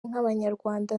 nk’abanyarwanda